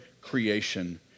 creation